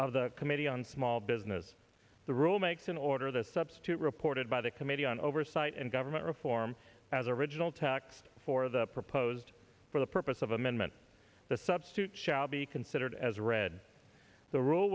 of the committee on small business the rule makes an order the substitute reported by the committee on oversight and government reform as original text for the proposed for the purpose of amendment the substitute shall be considered as read the r